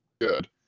good